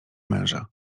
męża